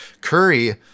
Curry